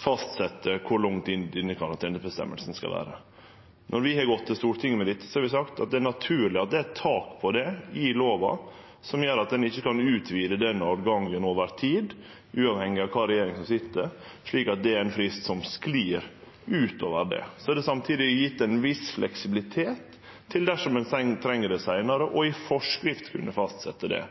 å fastsetje kor langt inn denne karanteneføresegna skal vere. Når vi har gått til Stortinget med dette, har vi sagt at det er naturleg at det er eit tak på det i loven som gjer at ein ikkje kan utvide den åtgangen over tid, uavhengig av kva regjering som sit, slik at det er ein frist som sklir ut over det. Så er det samtidig gjeve ein viss fleksibilitet til, dersom ein treng det seinare, i forskrift å kunne fastsetje det.